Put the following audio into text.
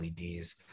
LEDs